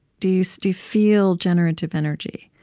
do you so do you feel generative energy?